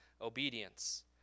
obedience